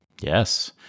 Yes